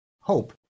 hope